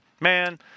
Man